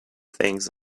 things